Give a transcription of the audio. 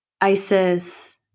Isis